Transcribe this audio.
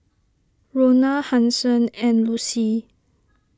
Rona Hanson and Lucy